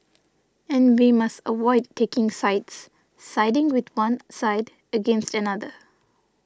and we must avoid taking sides siding with one side against another